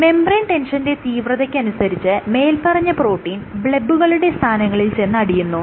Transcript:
membrane ടെൻഷന്റെ തീവ്രതയ്ക്കനുസരിച്ച് മേല്പറഞ്ഞ പ്രോട്ടീൻ ബ്ലെബുകളുടെ സ്ഥാനങ്ങളിൽ ചെന്ന് അടിയുന്നു